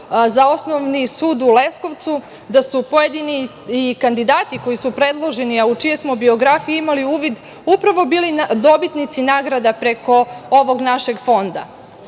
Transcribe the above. za Osnovni sud u Leskovcu da su pojedini i kandidati koji su predloženi a u čijoj smo biografiji imali uvid upravo bili dobitnici nagrada preko ovog našeg fonda. Ja